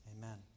Amen